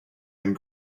and